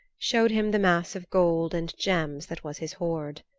showed him the mass of gold and gems that was his hoard.